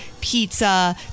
pizza